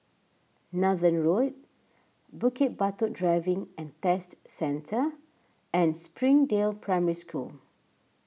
Nathan Road Bukit Batok Driving and Test Centre and Springdale Primary School